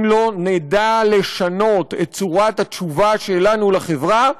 אם לא נדע לשנות את צורת התשובה שלנו לחברה,